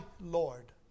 Lord